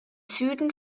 süden